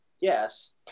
yes